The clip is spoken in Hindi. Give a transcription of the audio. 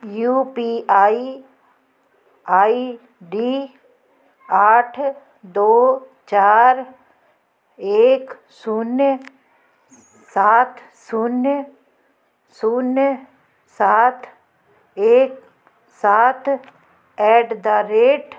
you P I I D आठ दो चार एक शून्य सात शून्य शून्य सात एक सात ऐट द रेट